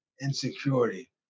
insecurity